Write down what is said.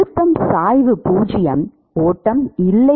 அழுத்தம் சாய்வு பூஜ்யம் ஓட்டம் இல்லை